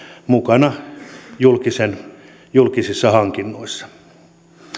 mukana julkisissa hankinnoissa